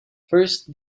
first